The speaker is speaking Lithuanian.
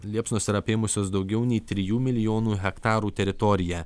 liepsnos yra apėmusios daugiau nei trijų milijonų hektarų teritoriją